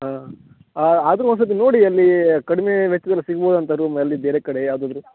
ಹಾಂ ಆದರು ಒಂದು ಸತಿ ನೋಡಿ ಅಲ್ಲೀ ಕಡಿಮೆ ವೆಚ್ಚದಲ್ಲಿ ಸಿಗ್ಬೋದಾ ಅಂತ ರೂಮ್ ಅಲ್ಲಿ ಬೇರೆ ಕಡೆ ಯಾವುದಾದ್ರು